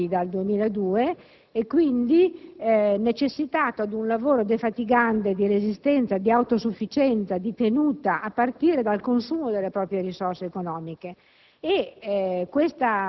a ristrettezze e tagli dal 2002 e quindi soggetto a un lavoro defatigante di resistenza, di autosufficienza e di tenuta determinato dal consumo delle proprie risorse economiche.